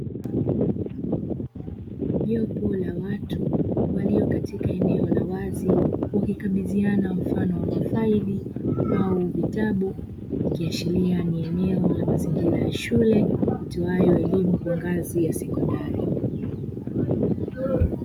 Jopo la watu walio katika eneo la wazi wakikabidhiana mfano wa mafaili au vitabu ikiashiria ni eneo la mazingira ya shule itoayo elimu kwa ngazi ya sekondari.